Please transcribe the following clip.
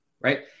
right